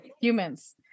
humans